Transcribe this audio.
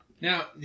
Now